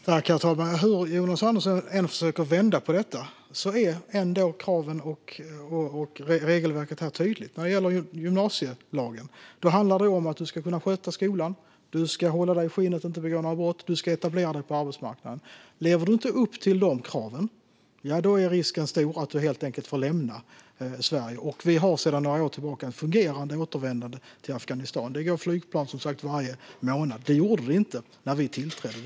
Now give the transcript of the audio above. Herr talman! Hur Jonas Andersson än försöker vända på detta är ändå kraven och regelverket tydliga. När det gäller gymnasielagen handlar det om att du ska kunna sköta skolan, du ska hålla dig i skinnet och inte begå några brott och du ska etablera dig på arbetsmarknaden. Lever du inte upp till de kraven är risken stor att du helt enkelt får lämna Sverige. Vi har sedan några år tillbaka ett fungerande återvändande till Afghanistan. Det går flygplan varje månad. Det gjorde det inte när vi tillträdde.